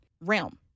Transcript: realm